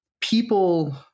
people